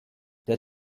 der